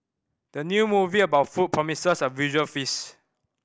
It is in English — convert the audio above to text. the new movie about food promises a visual feast